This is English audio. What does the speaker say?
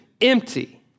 empty